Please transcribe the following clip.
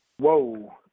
Whoa